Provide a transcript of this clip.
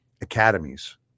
academies